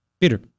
Peter